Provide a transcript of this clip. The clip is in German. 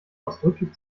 ausdrücklich